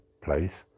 place